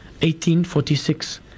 1846